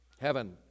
heaven